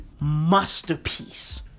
masterpiece